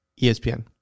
ESPN